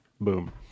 boom